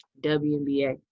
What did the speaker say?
WNBA